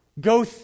Go